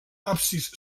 absis